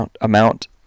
amount